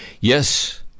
yes